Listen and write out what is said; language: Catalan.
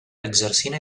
exercint